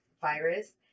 virus